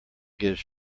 gives